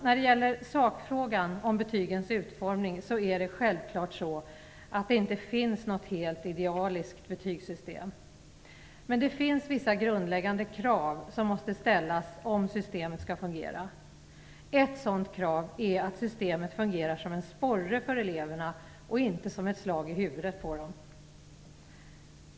När det gäller sakfrågan, om betygens utformning, är det självfallet så att det inte finns något helt idealiskt betygssystem. Men det finns vissa grundläggande krav som måste ställas om systemet skall fungera. Ett sådant krav är att systemet fungerar som en sporre för eleverna och inte som ett slag i huvudet på dem.